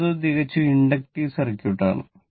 അടുത്തത് തികച്ചും inductive circuit ആണ്